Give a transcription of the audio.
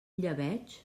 llebeig